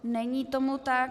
Není tomu tak.